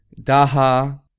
daha